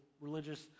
religious